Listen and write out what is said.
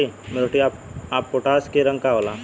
Muriate of potash के रंग का होला?